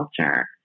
culture